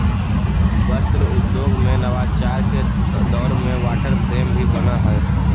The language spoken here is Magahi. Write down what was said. वस्त्र उद्योग में नवाचार के दौर में वाटर फ्रेम भी बनऽ हई